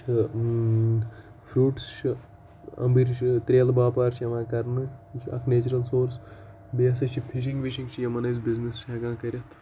چھُ فرٛوٗٹٕس چھُ اَمبٕرۍ چھُ ترٛیلہٕ باپار چھُ یِوان کَرنہٕ یہِ چھُ اَکھ نیچرَل سورُس بیٚیہِ ہَسا چھِ فِشِنٛگ وِشِنٛگ چھِ یِمَن أسۍ بِزنِس چھِ ہٮ۪کان کٔرِتھ